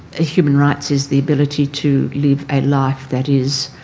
ah human rights is the ability to live a life that is